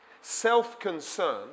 self-concern